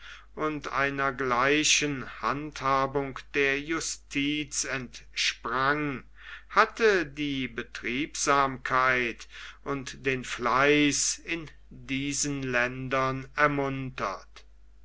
und einer gleichen handhabung der justiz entsprang hatte die betriebsamkeit und den fleiß in diesen ländern ermuntert